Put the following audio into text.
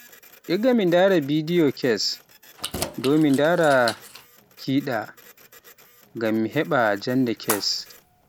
Igga mi ndara bidiyo kes, dow mi ndara kida, ngam mi heba, jannde kes.